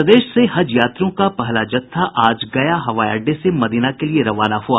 प्रदेश से हज यात्रियों का पहला जत्था आज गया हवाई अड्डे से मदीना के लिये रवाना हुआ